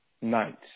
Nights